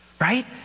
Right